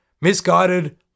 misguided